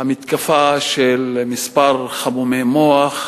המתקפה של כמה חמומי מוח,